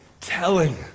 telling